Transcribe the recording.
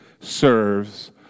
serves